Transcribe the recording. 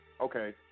Okay